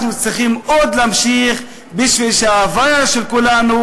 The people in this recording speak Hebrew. אנחנו צריכים עוד להמשיך כדי שההוויה של כולנו